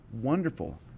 wonderful